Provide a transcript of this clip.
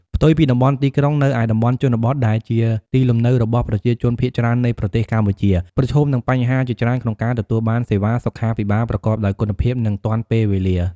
ផ្ទុយពីតំបន់ទីក្រុង នៅឯតំបន់ជនបទដែលជាទីលំនៅរបស់ប្រជាជនភាគច្រើននៃប្រទេសកម្ពុជា ប្រឈមនឹងបញ្ហាជាច្រើនក្នុងការទទួលបានសេវាសុខាភិបាលប្រកបដោយគុណភាព និងទាន់ពេលវេលា។